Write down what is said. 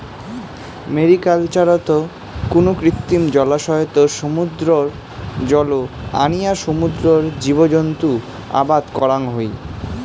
ম্যারিকালচারত কুনো কৃত্রিম জলাশয়ত সমুদ্রর জল আনিয়া সমুদ্রর জীবজন্তু আবাদ করাং হই